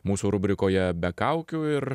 mūsų rubrikoje be kaukių ir